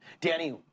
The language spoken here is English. Danny